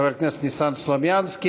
חבר הכנסת ניסן סלומינסקי.